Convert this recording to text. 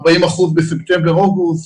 40 אחוזים בספטמבר-אוגוסט,